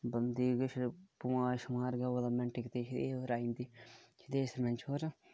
बंदा किश बिमार गै होए ते ओह् मैण्टै गी आई जंदे साढ़े सरपंच न